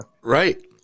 Right